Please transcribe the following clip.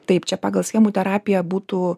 taip čia pagal schemų terapiją būtų